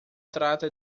trata